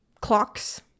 clocks